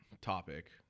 topic